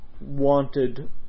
wanted